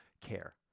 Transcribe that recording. care